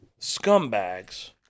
scumbags